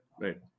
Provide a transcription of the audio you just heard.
Right